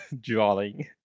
drawing